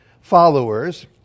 followers